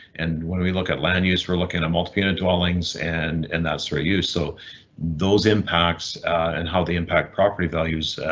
and when we look at land use we're looking at multi unit dwellings and and that's very you. so those impacts and how they impact property values,